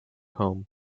home